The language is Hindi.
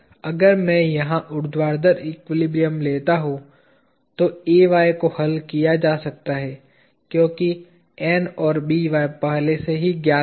अगर मैं यहां ऊर्ध्वाधर एक्विलिब्रियम लेता हूं तो Ay को हल किया जा सकता है क्योंकि N और By पहले से ही ज्ञात हैं